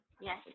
Yes